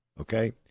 okay